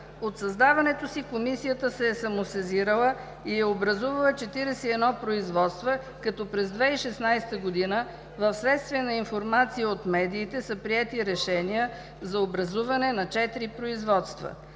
От създаването си Комисията се е самосезирала и е образувала 41 производства, като през 2016 г. вследствие на информация от медиите са приети решения за образуване на 4 производства.